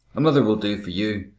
another will do for you,